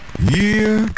Year